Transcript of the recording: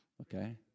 Okay